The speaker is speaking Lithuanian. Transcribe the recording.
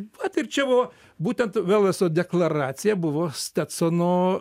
vat ir čia buvo būtent velso deklaracija buvo stetsono